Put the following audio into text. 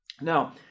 Now